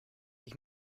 ich